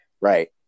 right